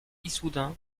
issoudun